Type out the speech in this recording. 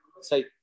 say